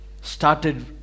started